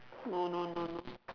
no no no no